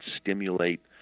stimulate